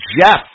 Jeff